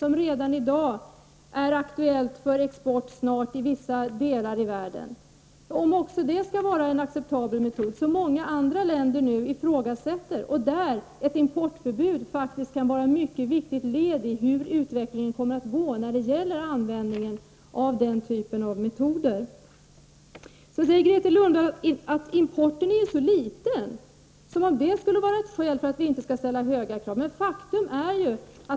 Bovint tillväxthormon är redan i dag aktuellt för export i vissa delar av världen. Skall också det vara en acceptabel metod? Det är en metod som många andra länder nu ifrågasätter, och där kan ett exportförbud vara ett mycket viktigt led i hur utvecklingen kommer att bli när det gäller användningen av den typen av metoder. Grethe Lundblad sade att importen ju är så liten. Som om det skulle vara ett skäl till att vi inte skall ställa så höga krav!